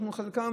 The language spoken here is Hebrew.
שבחלקן